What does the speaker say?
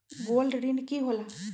Gold ऋण की होला?